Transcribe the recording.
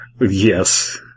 Yes